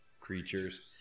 creatures